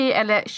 eller